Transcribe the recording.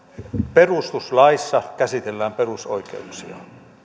perustuslaissa käsitellään perusoikeuksia